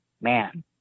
man